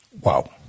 Wow